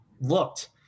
looked